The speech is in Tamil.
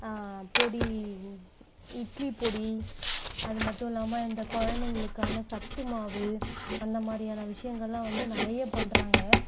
பொடி இட்லி பொடி அது மட்டும் இல்லாமல் இந்த குழந்தைங்களுக்கான சத்துமாவு அந்த மாதிரியான விஷயங்கள்லான் வந்து நிறைய பண்றாங்க